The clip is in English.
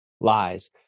lies